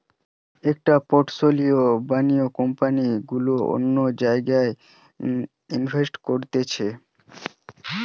একটা পোর্টফোলিও বানিয়ে কোম্পানি গুলা অন্য জায়গায় ইনভেস্ট করতিছে